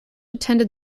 attended